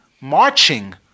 marching